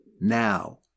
now